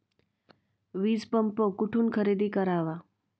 वीजपंप कुठून खरेदी करावा?